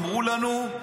אמרו לנו: